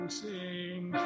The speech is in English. sing